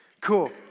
Cool